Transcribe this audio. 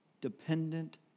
dependent